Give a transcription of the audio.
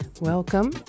Welcome